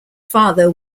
father